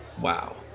Wow